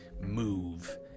move